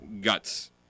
guts